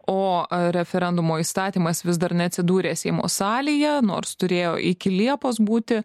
o referendumo įstatymas vis dar neatsidūrė seimo salėje nors turėjo iki liepos būti